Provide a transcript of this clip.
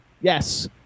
Yes